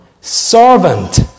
servant